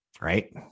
right